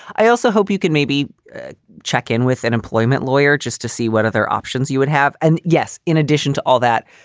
i also hope you can maybe check in with an employment lawyer just to see what other options you would have. and yes, in addition to all that,